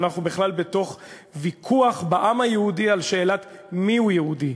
ואנחנו בכלל בתוך ויכוח בעם היהודי על שאלת מיהו יהודי.